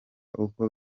uko